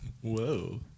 Whoa